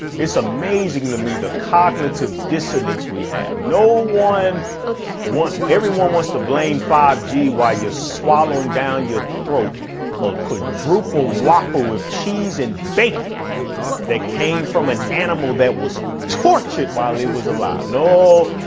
it's amazing to me the cognitive dissonance we have no one one. everyone wants to blame five g why you're swallowing down your throat or could double ah whopper with cheese and bacon that came from an animal that was tortured while it was alive? no,